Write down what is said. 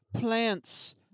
plants